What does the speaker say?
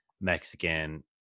Mexican